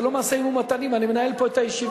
זה לא משאים-ומתנים, אני מנהל פה את הישיבה.